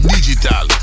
Digital